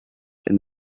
and